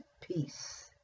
peace